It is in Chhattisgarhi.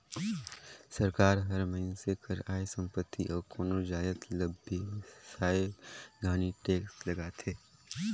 सरकार हर मइनसे कर आय, संपत्ति अउ कोनो जाएत ल बेसाए घनी टेक्स लगाथे